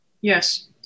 Yes